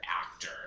actor